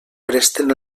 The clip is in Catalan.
presten